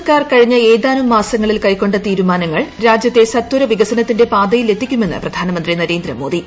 കേന്ദ്ര സർക്കാർ കഴിഞ്ഞ ഏതാനും മാസങ്ങളിൽ കൈക്കൊ തീരുമാനങ്ങൾ രാജ്യത്തെ സത്വര വികസനത്തിന്റെ ട് പാതയിലെത്തിക്കുമെന്ന് പ്രധാനമന്ത്രി നരേന്ദ്രമോദി